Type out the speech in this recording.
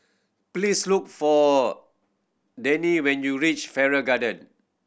please look for Deane when you reach Farrer Garden